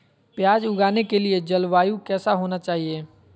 प्याज उगाने के लिए जलवायु कैसा होना चाहिए?